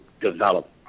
develop